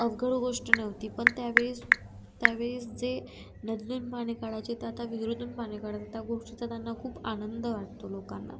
अवघड गोष्ट नव्हती पण त्यावेळेस त्यावेळेस जे नदीतून पाणी काढायचे ते आता विहिरीतून पाणी काढ त्या गोष्टीचा त्यांना खूप आनंद वाटतो लोकांना